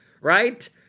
Right